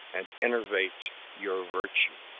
and enervate your virtues!